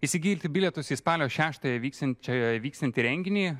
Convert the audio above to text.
įsigyti bilietus į spalio šrštąją vyksiančioje vyksiantį renginį